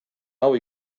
hau